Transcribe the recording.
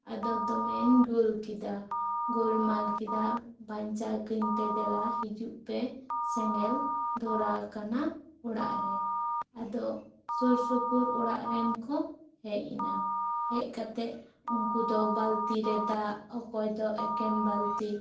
ᱟᱫᱚ ᱫᱚᱢᱮᱧ ᱜᱚᱞ ᱠᱮᱫᱟ ᱜᱚᱞ ᱢᱟᱞ ᱠᱮᱫᱟ ᱵᱟᱧᱪᱟᱣ ᱠᱟᱹᱧ ᱯᱮ ᱫᱮᱞᱟ ᱦᱤᱡᱩᱜ ᱯᱮ ᱥᱮᱸᱜᱮᱞ ᱫᱷᱚᱨᱟᱣ ᱟᱠᱟᱱᱟ ᱚᱲᱟᱜ ᱨᱮ ᱟᱫᱚ ᱥᱩᱨ ᱥᱩᱯᱩᱨ ᱚᱲᱟᱜ ᱨᱮᱱ ᱠᱚ ᱦᱮᱡ ᱮᱱᱟ ᱦᱮᱡ ᱠᱟᱛᱮ ᱩᱱᱠᱩ ᱫᱚ ᱵᱟᱹᱞᱛᱤ ᱨᱮ ᱫᱟᱜ ᱚᱠᱚᱭ ᱫᱚ ᱮᱠᱮᱱ ᱵᱟᱞᱛᱤ